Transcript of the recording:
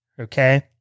Okay